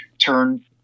turn